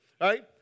right